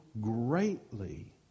greatly